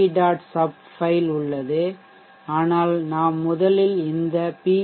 SUB file உள்ளது ஆனால் நாம் முதலில் இந்த PV